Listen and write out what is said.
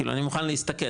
כאילו אני מוכן להסתכן,